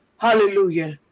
Hallelujah